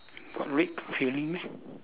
got red filling meh